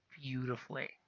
beautifully